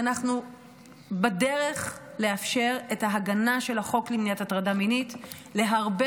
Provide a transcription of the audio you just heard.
ואנחנו בדרך לאפשר את ההגנה של החוק למניעת הטרדה מינית על הרבה